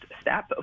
step